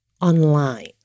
online